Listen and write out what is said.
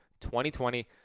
2020